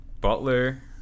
Butler